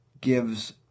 gives